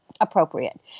appropriate